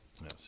Yes